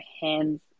hands